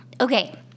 Okay